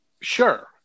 Sure